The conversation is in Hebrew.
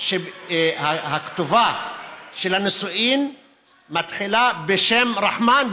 שהכתובה של הנישואין מתחילה "בשם רחמן",